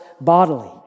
bodily